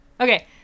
Okay